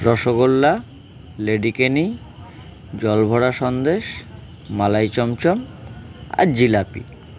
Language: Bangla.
রসগোল্লা লেডিকেনি জলভরা সন্দেশ মালাই চমচম আর জিলাপি